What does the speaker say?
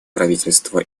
правительство